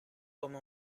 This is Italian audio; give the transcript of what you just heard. come